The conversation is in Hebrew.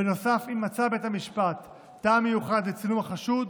בנוסף, אם מצא בית המשפט טעם מיוחד לצילום החשוד,